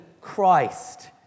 Christ